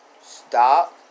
Stop